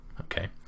Okay